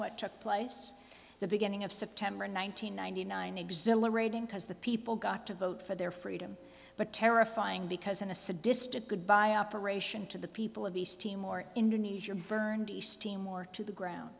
what took place the beginning of september one thousand nine hundred ninety nine exhilarating because the people got to vote for their freedom but terrifying because in a sadistic goodbye operation to the people of east timor indonesia burnt east timor to the ground